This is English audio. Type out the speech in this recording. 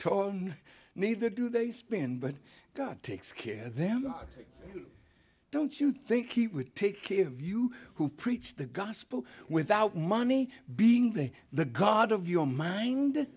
need neither do they spin but god takes care of them don't you think he would take care of you who preach the gospel without money being the the god of your mind